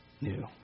new